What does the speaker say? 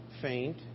faint